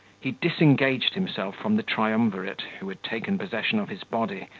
he disengaged himself from the triumvirate, who had taken possession of his body,